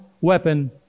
weapon